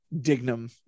Dignum